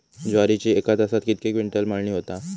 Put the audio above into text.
ज्वारीची एका तासात कितके क्विंटल मळणी होता?